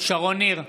שרון ניר,